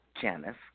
Janice